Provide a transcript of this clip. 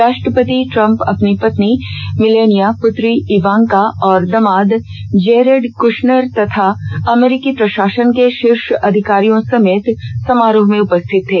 राष्ट्रपति ट्रम्प अपनी पत्नी मिलानिया पृत्री इवांका और दामाद जेरेड कृश्नर तथा अमरीकी प्रशासन के शीर्ष अधिकारियों समेत समारोह में उपस्थित थे